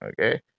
okay